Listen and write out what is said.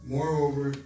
Moreover